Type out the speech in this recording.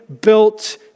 built